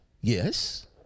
yes